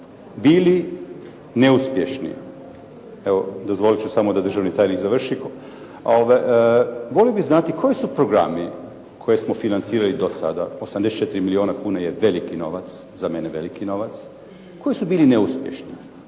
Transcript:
bili neuspješni? Evo, dozvolit ću samo da državni tajnik završi, volio bih znati koji su programi koje smo financirali dosada? 84 milijuna kuna je veliki novac, za mene veliki novac, koji su bili neuspješni